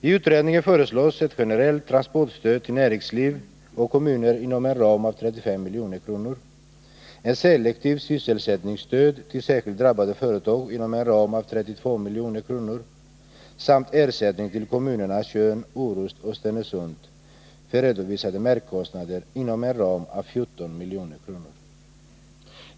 I utredningen föreslås ett generellt transportstöd till näringsliv ”och kommuner inom en ram av 35 milj.kr., ett selektivt sysselsättningsstöd till särskilt drabbade företag inom en ram av 32 milj.kr. samt ersättning till kommunerna Tjörn, Orust och Stenungsund för redovisade merkostnader inom en ram av 14 milj.kr.